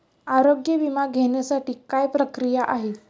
आरोग्य विमा घेण्यासाठी काय प्रक्रिया आहे?